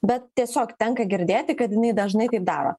bet tiesiog tenka girdėti kad jinai dažnai taip daro